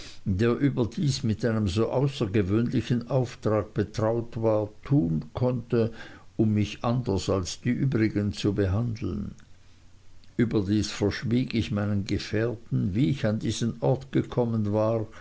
der überdies mit einem so außergewöhnlichen auftrag betraut worden war tun konnte um mich anders als die übrigen zu behandeln überdies verschwieg ich meinen gefährten wie ich an diesen ort gekommen war